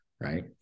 right